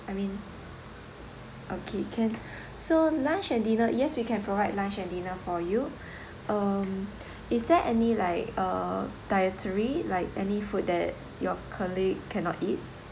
I mean okay can so lunch and dinner yes we can provide lunch and dinner for you um is there any like uh dietary like any food that your colleague cannot eat